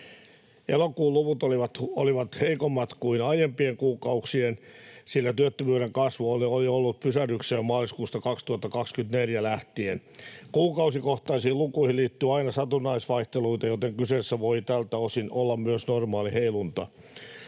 Elokuun luvut olivat heikommat kuin aiempien kuukausien, sillä työttömyyden kasvu oli ollut pysähdyksissä jo maaliskuusta 2024 lähtien. Kuukausikohtaisiin lukuihin liittyy aina satunnaisvaihteluita, joten kyseessä voi tältä osin olla myös normaali heilunta.